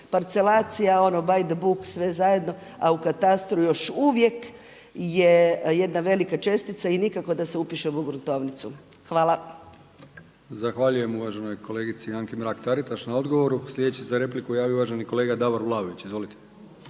parcelacija ono by the book sve zajedno, a u katastru još uvijek je jedna velika čestica i nikako da se upišem u gruntovnicu. Hvala. **Brkić, Milijan (HDZ)** Zahvaljujem uvaženoj kolegici Mrak TAritaš na odgovoru. Sljedeći za repliku se javio uvaženi kolega Davor Vlaović. Izvolite.